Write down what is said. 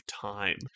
time